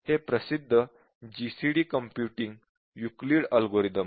हे प्रसिद्ध GCD computing Euclid algorithm आहे